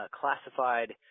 classified